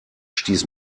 stieß